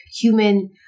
human